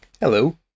Hello